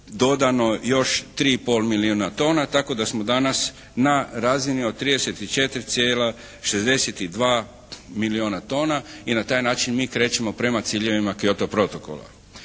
dodano još 3,5 milijuna tona tako da smo danas na razini od 34,62 milijuna tona i na taj način mi krećemo prema ciljevima Kyoto protokola.